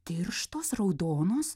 tirštos raudonos